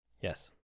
yes